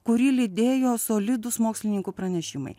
kurį lydėjo solidūs mokslininkų pranešimai